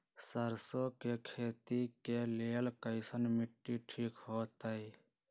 सरसों के खेती के लेल कईसन मिट्टी ठीक हो ताई?